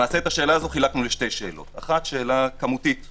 למעשה את השאלה הזאת חילקנו לשתיים: אחת שאלה כמותית: